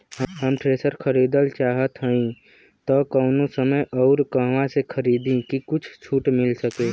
हम थ्रेसर खरीदल चाहत हइं त कवने समय अउर कहवा से खरीदी की कुछ छूट मिल सके?